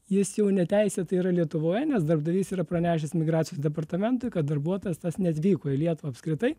jis jau neteisėtai yra lietuvoj nes darbdavys yra pranešęs migracijos departamentui kad darbuotojas tas neatvyko į lietuvą apskritai